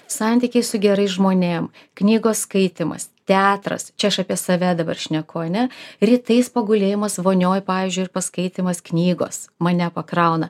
santykiai su gerais žmonėm knygos skaitymas teatras čia aš apie save dabar šneku ane rytais pagulėjimas vonioj pavyzdžiui ir paskaitymas knygos mane pakrauna